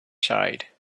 side